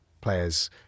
players